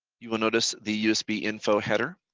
you will notice the usb info header.